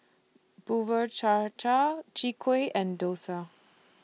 Bubur Cha Cha Chwee Kueh and Dosa